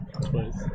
twice